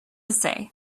say